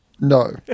No